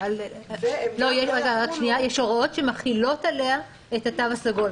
רק שנייה, יש הוראות שמחילות עליה את התו הסגול.